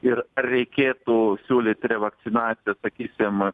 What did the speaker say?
ir reikėtų siūlyt revakcinacijas sakysim